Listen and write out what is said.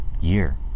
year